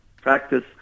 practice